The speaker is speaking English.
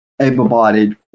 able-bodied